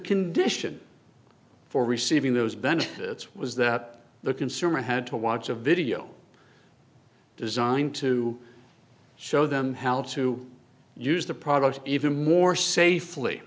condition for receiving those benefits was that the consumer had to watch a video designed to show them how to use the product even more safely